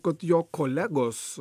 kad jo kolegos